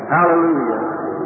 Hallelujah